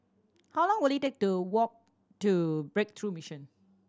how long will it take to walk to Breakthrough Mission